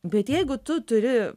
bet jeigu tu turi